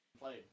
play